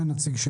אין נציג.